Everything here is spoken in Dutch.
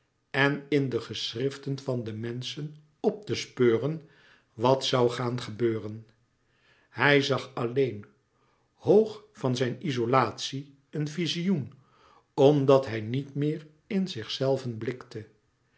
en in de geschriften van de menschen op te speuren wat zoû gaan gebeuren hij zag alleen hoog van zijn izolatie een vizioen omdat hij niet meer in zichzelven blikte en